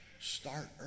Start